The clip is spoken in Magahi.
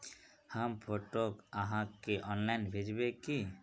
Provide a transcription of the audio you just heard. हम फोटो आहाँ के ऑनलाइन भेजबे की?